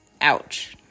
Ouch